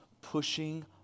pushing